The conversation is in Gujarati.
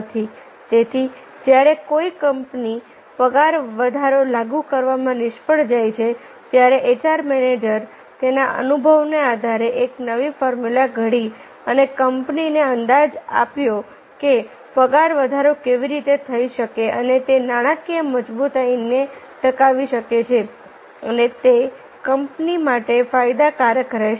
તેથી જ્યારે કોઈ કંપની પગારવધારો લાગુ કરવામાં નિષ્ફળ જાય છે ત્યારે એચઆર મેનેજર તેના અનુભવના આધારે એક નવી ફોર્મ્યુલા ઘડી અને કંપનીને અંદાજ આપ્યો કે પગાર વધારો કેવી રીતે થઈ શકે અને તે નાણાકીય મજબૂતાઈને ટકાવી શકે છે અને તે કંપની માટે ફાયદાકારક રહેશે